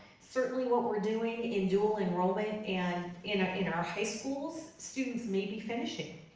certainly what we're doing in dual-enrollment, and in ah in our high schools, students may be finishing.